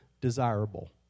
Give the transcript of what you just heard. desirable